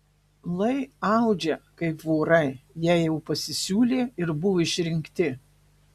lai audžia kaip vorai jei jau pasisiūlė ir buvo išrinkti